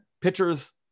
pitchers